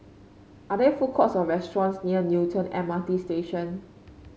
are there food courts or restaurants near Newton M R T Station